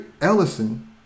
Ellison